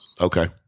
Okay